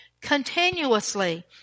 Continuously